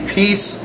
peace